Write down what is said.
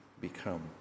become